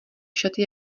šaty